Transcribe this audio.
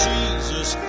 Jesus